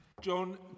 John